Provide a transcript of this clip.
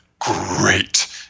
great